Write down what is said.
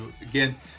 Again